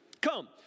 come